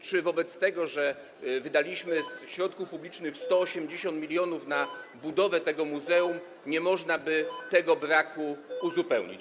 Czy wobec tego, że wydaliśmy ze środków publicznych 180 mln na budowę tego muzeum, nie można by tego braku uzupełnić?